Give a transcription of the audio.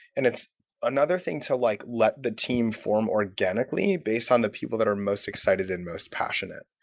and it's another thing to like let the team form organically based on the people that are most excited and most passionate.